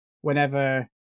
whenever